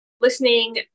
listening